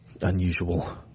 unusual